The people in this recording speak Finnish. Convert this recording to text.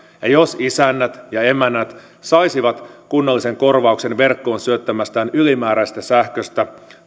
jos isännät ja emännät saisivat kunnollisen korvauksen verkkoon syöttämästään ylimääräisestä sähköstä